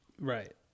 right